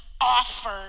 offer